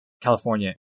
California